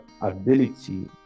ability